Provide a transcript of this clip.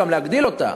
להגדיל אותה.